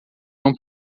iam